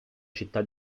città